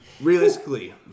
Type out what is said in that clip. Realistically